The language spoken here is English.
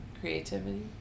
creativity